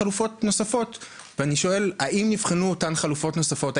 חלופות נוספות ומה שאני שואל זה האם נבחנו אותן חלופות נוספות,